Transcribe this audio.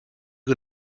can